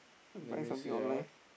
buy something online